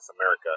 america